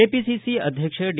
KPCC ಅಧ್ಯಕ್ಷ D